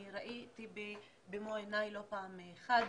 אני ראיתי במו עיניי לא פעם אחת